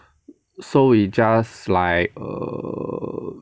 so we just like err